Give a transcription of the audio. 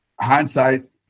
hindsight